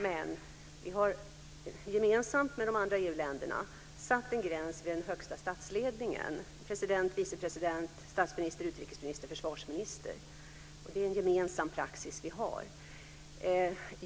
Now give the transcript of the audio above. Men, vi har gemensamt med de andra EU-länderna satt en gräns vid den högsta statsledningen, dvs. president, vice president, statsminister, utrikesminister och försvarsminister. Det är en gemensam praxis.